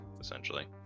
essentially